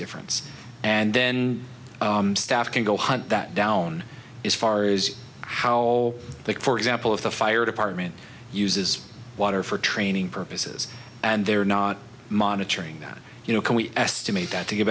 difference and then staff can go hunt that down as far as how they for example if the fire department uses water for training purposes and they're not monitoring that you know can we estimate that to get